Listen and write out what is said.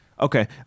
Okay